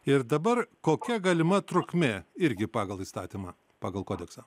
ir dabar kokia galima trukmė irgi pagal įstatymą pagal kodeksą